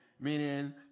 meaning